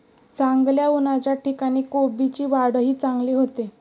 चांगल्या उन्हाच्या ठिकाणी कोबीची वाढही चांगली होते